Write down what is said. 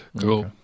Cool